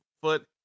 foot